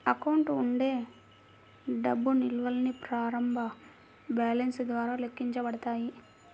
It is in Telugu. అకౌంట్ ఉండే డబ్బు నిల్వల్ని ప్రారంభ బ్యాలెన్స్ ద్వారా లెక్కించబడతాయి